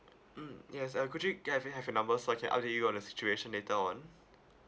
mm yes uh could you can I have your have your number so I can update you on the situation later on